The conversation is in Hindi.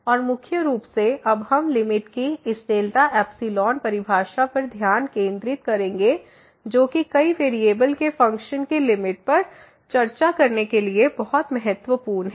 और मुख्य रूप से अब हम लिमिट की इस डेल्टा एप्सिलॉन परिभाषा पर ध्यान केंद्रित करेंगे जो कि कई वेरिएबल के फ़ंक्शन की लिमिट पर चर्चा करने के लिए बहुत महत्वपूर्ण है